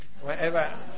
Wherever